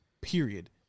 Period